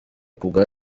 kubwa